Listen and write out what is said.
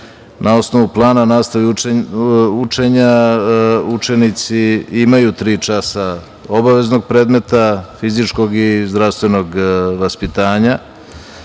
na osnovu plana nastave učenja učenici imaju tri časa obaveznog predmeta, fizičkog i zdravstvenog vaspitanja